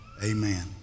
Amen